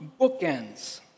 bookends